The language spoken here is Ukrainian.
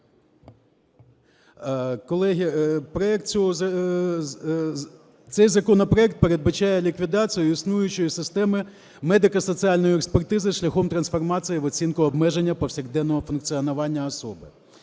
Колеги, цей законопроект передбачає ліквідацію існуючої системи медико-соціальної експертизи шляхом трансформації в оцінку обмеження повсякденного функціонування особи.